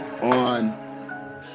on